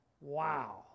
Wow